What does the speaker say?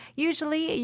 Usually